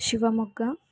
Shivamogga